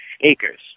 acres